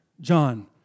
John